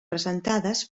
presentades